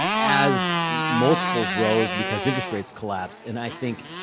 as multiples rose because interest rates collapsed. and i think